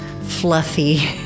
fluffy